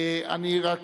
אני רק